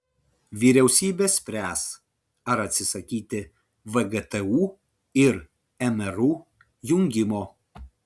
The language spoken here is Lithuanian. vyriausybė spręs ar atsisakyti vgtu ir mru jungimo